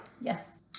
Yes